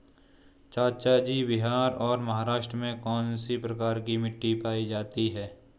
चाचा जी बिहार और महाराष्ट्र में कौन सी प्रकार की मिट्टी पाई जाती है?